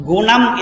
Gunam